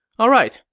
alright,